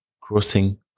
crossing